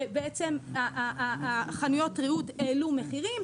שבעצם חנויות הריהוט העלו מחירים,